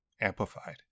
amplified